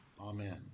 Amen